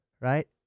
right